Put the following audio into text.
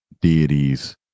deities